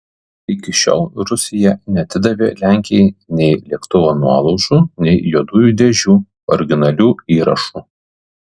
iki šiol rusija neatidavė lenkijai nei lėktuvo nuolaužų nei juodųjų dėžių originalių įrašų